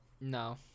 No